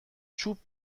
چوب